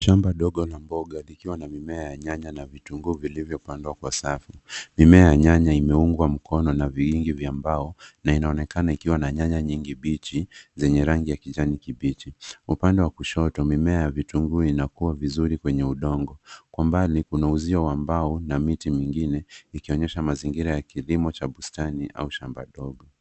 Shamba ndogo la mboga likiwa na mimea ya nyanya na vitunguu vilivyopandwa kwa safu. Mimea ya nyanya imeungwa mkono na viingi vya mbao na inaonekana ikiwa na nyanya nyingi bichi zenye rangi ya kijani kibichi. Upande wa kushoto, mimea ya vitunguu inakua vizuri kwenye udongo. Kwa mbali kuna uzio wa mbao na miti mingine, ikionyesha mazingira ya kilimo cha bustani au shambani.